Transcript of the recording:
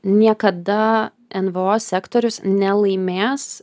niekada nvo sektorius nelaimės